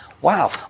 Wow